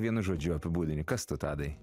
vienu žodžiu apibūdini kas tu tadai